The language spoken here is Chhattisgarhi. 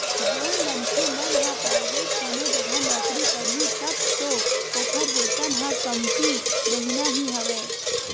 जउन मनखे मन ह पराइवेंट कोनो जघा नौकरी करही तब तो ओखर वेतन ह कमती रहिना ही हवय